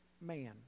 man